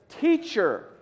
teacher